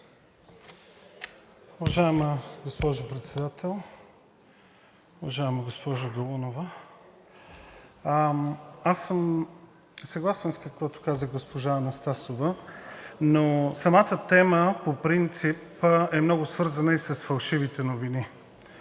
Уважаема госпожо Председател! Уважаема госпожо Галунова, аз съм съгласен с каквото каза госпожа Анастасова, но самата тема по принцип е много свързана и с фалшивите новини